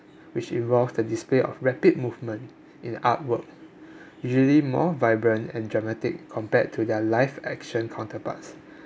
which involved the display of rapid movement in artwork usually more vibrant and dramatic compared to their live action counterparts